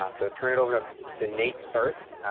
ah so turn it over to to nate. first,